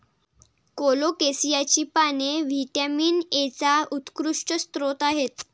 कोलोकेसियाची पाने व्हिटॅमिन एचा उत्कृष्ट स्रोत आहेत